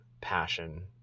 passion